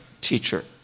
teacher